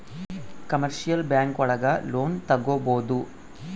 commercial bank ಒಳಗ loan ತಗೊಬೋದು